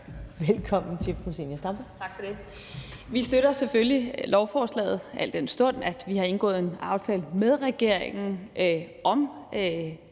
Zenia Stampe (RV): Tak for det. Vi støtter selvfølgelig lovforslaget, al den stund vi har indgået en aftale med regeringen om